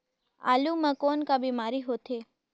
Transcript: आलू म कौन का बीमारी होथे?